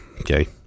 okay